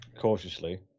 cautiously